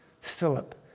Philip